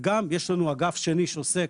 וגם, יש לנו אגף שני שעוסק